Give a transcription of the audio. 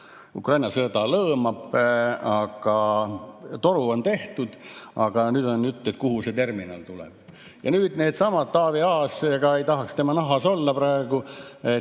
Ukraina sõda lõõmab, toru on tehtud, aga nüüd on küsimus, kuhu see terminal tuleb. Nüüd, needsamad – Taavi Aas, ega ei tahaks tema nahas olla praegu